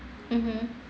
mmhmm